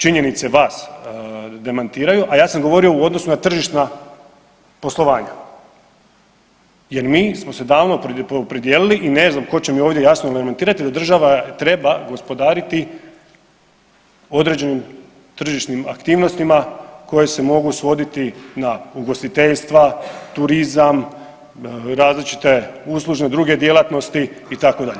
Činjenice vas demantiraju, a ja sam govorio u odnosu na tržišna poslovanja jer mi smo se davano opredijelili i ne znam ko će mi ovdje jasno lamentirati da država treba gospodariti određenim tržišnim aktivnostima koje se mogu svoditi na ugostiteljstva, turizam, različite uslužne druge djelatnosti itd.